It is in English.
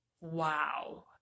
Wow